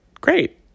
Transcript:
Great